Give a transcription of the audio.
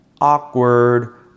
awkward